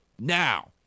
Now